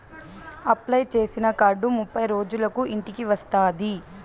apply చేసిన card ముప్పై రోజులకు ఇంటికి వస్తాది